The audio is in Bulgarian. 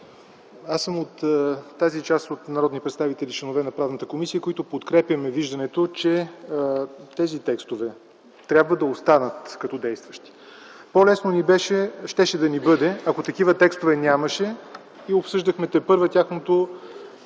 аз съм от тази част от народни представители – членове на Правната комисия, които подкрепяме виждането, че тези текстове трябва да останат като действащи. По-лесно щеше да ни бъде, ако такива текстове нямаше и обсъждахме тепърва тяхното